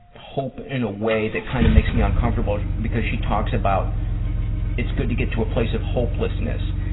hope in a way that kind of makes me uncomfortable because she talks about it's good to get to a place of hopelessness.